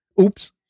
Oops